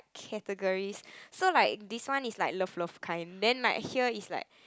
categories so like this one is like love love kind then like here is like